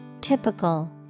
typical